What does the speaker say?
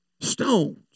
Stones